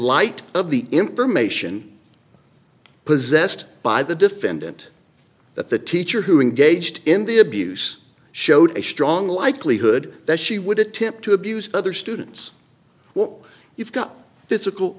light of the information possessed by the defendant that the teacher who engaged in the abuse showed a strong likelihood that she would attempt to abuse other students well you've got physical